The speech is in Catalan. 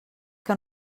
que